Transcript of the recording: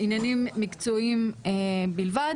עניינים מקצועיים בלבד